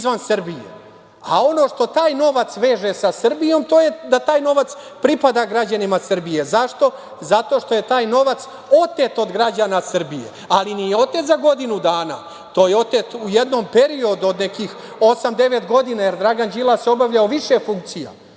izvan Srbije. A ono što taj novac veže sa Srbijom, to je, da taj pripada građanima Srbije. Zašto? Zato što je taj novac otet od građana Srbije, ali nije otet za godinu dana. To je oteto u jednom periodu od nekih osam, devet godina, jer Dragan Đilas je obavljao više funkcija.